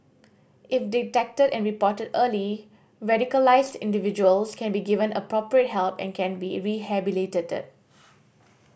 if detected and reported early radicalised individuals can be given appropriate help and can be rehabilitated